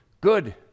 good